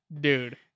dude